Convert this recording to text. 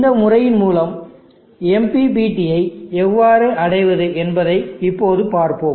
இந்த முறையின் மூலம் MPPTயை எவ்வாறு அடைவது என்பதை இப்போது பார்ப்போம்